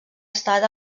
estat